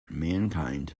mankind